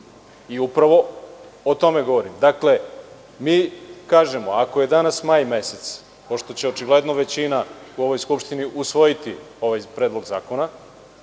Upravo o tome govorim. Dakle, mi kažemo – ako je danas maj mesec, pošto će očigledno većina u Skupštini usvojiti ovaj Predlog zakona,